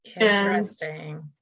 Interesting